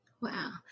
Wow